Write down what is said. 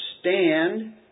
stand